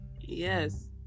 Yes